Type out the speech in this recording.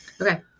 Okay